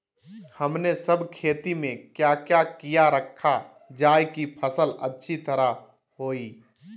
हमने सब खेती में क्या क्या किया रखा जाए की फसल अच्छी तरह होई?